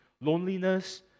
loneliness